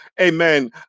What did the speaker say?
amen